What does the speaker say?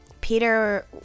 Peter